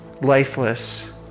lifeless